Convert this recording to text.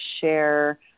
share